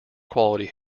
quality